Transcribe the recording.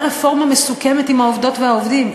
רפורמה מסוכמת עם העובדות והעובדים.